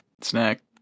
snack